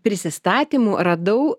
prisistatymų radau